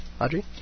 Audrey